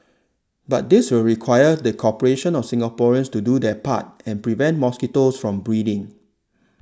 but this will require the cooperation of Singaporeans to do their part and prevent mosquitoes from breeding